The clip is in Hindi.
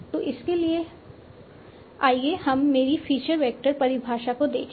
तो इसके लिए आइए हम मेरी फीचर वेक्टर परिभाषा को देखें